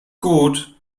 gut